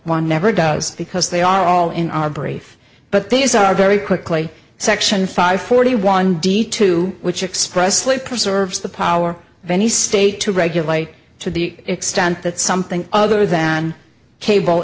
one never does because they are all in our brief but these are very quickly section five forty one d two which expressly preserves the power of any state to regulate to the extent that something other than cable